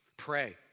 Pray